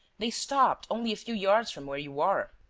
they stopped only a few yards from where you are.